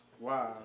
Wow